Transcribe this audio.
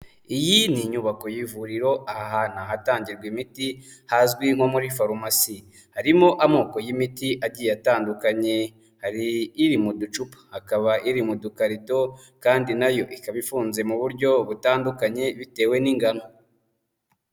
Iyi ni inyubako y'ivuriro, aha hantu hatangirwa imiti hazwi nko muri faromasi. Harimo amoko y'imiti agiye atandukanye, hari iri muducupa, hakaba iri mu dukarito, kandi na yo ikaba ifunze mu buryo butandukanye bitewe n'ingano.